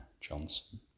Johnson